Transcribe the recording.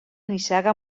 nissaga